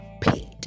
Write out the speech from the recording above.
paid